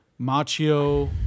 Machio